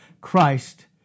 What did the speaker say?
Christ